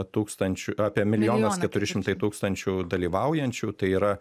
tūkstančių apie milijonas keturi šimtai tūkstančių dalyvaujančių tai yra